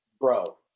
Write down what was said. bro